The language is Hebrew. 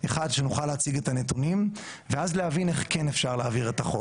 אחד שנוכל להציג את הנתונים ואז להבין איך כן אפשר להעביר את החוק.